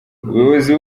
ubuyobozi